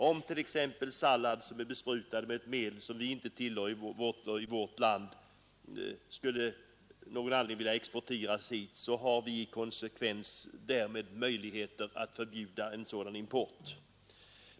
Om t.ex. importerad sallad är besprutad med ett medel som vi inte tillåter i vårt land, bör vi i konsekvens härmed förbjuda importen.